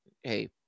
hey